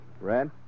Red